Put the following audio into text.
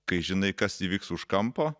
kai žinai kas įvyks už kampo